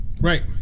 Right